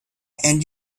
and